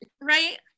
Right